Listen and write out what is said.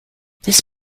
this